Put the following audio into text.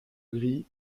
grille